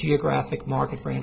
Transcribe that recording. geographic market for